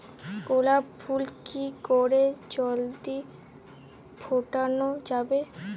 গোলাপ ফুল কি করে জলদি ফোটানো যাবে?